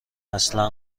اصلا